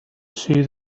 see